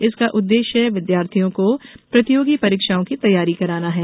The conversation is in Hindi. इसका उददेष्य विद्यार्थियों को प्रतियोगी परीक्षाओं की तैयारी कराना है